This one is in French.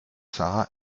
sara